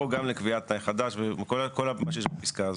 גם לקביעת תנאי חדש וכל מה שיש בפסקה הזאת?